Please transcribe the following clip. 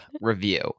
review